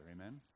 Amen